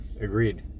Agreed